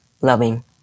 loving